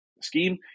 scheme